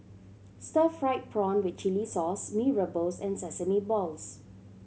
stir fried prawn with chili sauce Mee Rebus and sesame balls